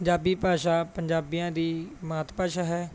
ਪੰਜਾਬੀ ਭਾਸ਼ਾ ਪੰਜਾਬੀਆਂ ਦੀ ਮਾਤ ਭਾਸ਼ਾ ਹੈ